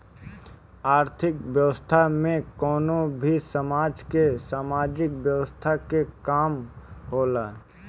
आर्थिक व्यवस्था में कवनो भी समाज के सामाजिक व्यवस्था के काम होला